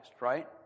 right